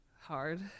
Hard